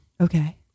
Okay